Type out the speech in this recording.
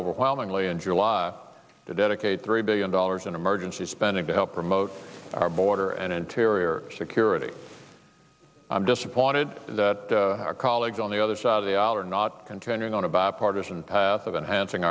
overwhelmingly in july to dedicate three billion dollars in emergency spending to help promote our border and interior security i'm disappointed our colleagues on the other side of the aisle are not continuing on a bipartisan path of enhancing